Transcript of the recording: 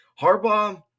Harbaugh